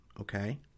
Okay